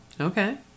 Okay